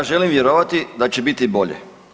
Ja želim vjerovati da će biti bolje.